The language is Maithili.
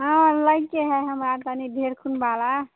हँ लैके हय हमरा कनि ढेरखुन बाला